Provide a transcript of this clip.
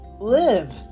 live